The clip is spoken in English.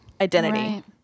Identity